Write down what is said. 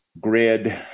grid